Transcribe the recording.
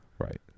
Right